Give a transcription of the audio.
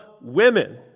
women